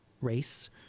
race